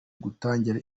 gutangira